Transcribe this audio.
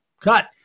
cut